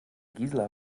gisela